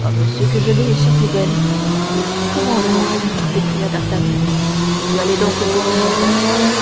ah monsieur que je l'ai échappé belle comment drôle s'écria d'artagnan tu allais donc boire mon vin